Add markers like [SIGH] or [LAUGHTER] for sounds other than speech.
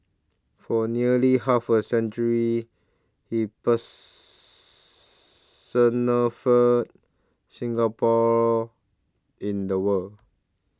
for nearly half a century he [NOISE] personified Singapore in the world